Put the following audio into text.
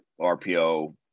RPO